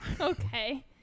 Okay